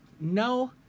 No